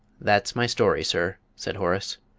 that's my story, sir, said horace.